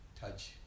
touch